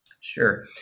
Sure